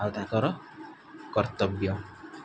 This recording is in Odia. ଆଉ ତାଙ୍କର କର୍ତ୍ତବ୍ୟ